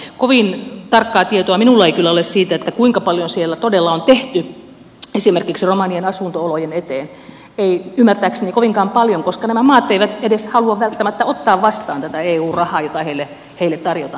kovin tarkkaa tietoa minulla ei kyllä ole siitä kuinka paljon siellä todella on tehty esimerkiksi romanien asunto olojen eteen ei ymmärtääkseni kovinkaan paljon koska nämä maat eivät edes halua välttämättä ottaa vastaan tätä eu rahaa jota heille tarjotaan